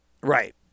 Right